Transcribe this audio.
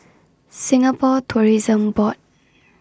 Singapore Tourism Board